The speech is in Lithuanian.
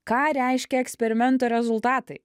ką reiškia eksperimento rezultatai